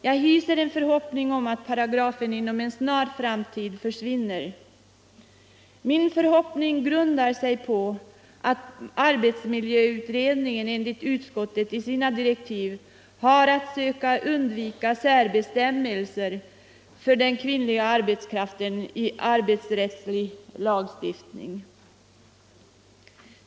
Jag hyser en förhoppning om att paragrafen inom en snar framtid försvinner. Min förhoppning grundar sig på att arbetsmiljöutredningen enligt utskottet i sina direktiv har att söka undvika särbestämmelser för den kvinnliga arbetskraften i arbetsrättslig lagstiftning.